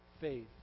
faith